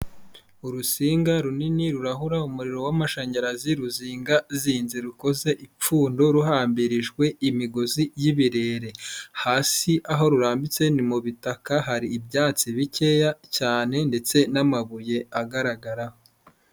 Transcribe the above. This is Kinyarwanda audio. Urusinga runini rurahura umuriro w'amashanyarazi ruzingazinze, rukoze ipfundo ruhambirijwe imigozi y'ibirere, hasi aho rurambitse ni mu bitaka, hari ibyatsi bikeya cyane ndetse n'amabuye agaragaraho.